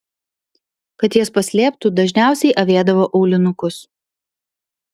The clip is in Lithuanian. kad jas paslėptų dažniausiai avėdavo aulinukus